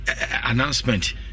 announcement